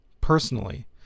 personally